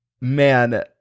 Man